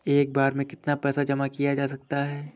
एक बार में कितना पैसा जमा किया जा सकता है?